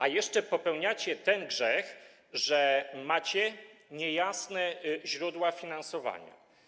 A jeszcze popełniacie ten grzech, że macie niejasne źródła finansowania.